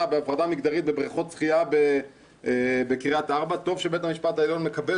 בהפרדה מגדרית בבריכות שחייה בקריית ארבע טוב שבית המשפט העליון מקבל